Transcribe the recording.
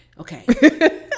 Okay